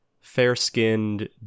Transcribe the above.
fair-skinned